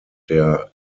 der